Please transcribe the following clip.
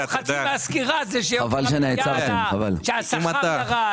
חצי מהסקירה שיוקר המחיה עלה והשכר ירד.